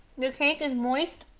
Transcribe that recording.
the cake is moist!